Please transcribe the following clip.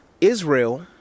Israel